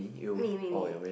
me me me